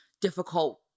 difficult